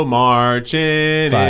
marching